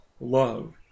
love